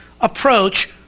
approach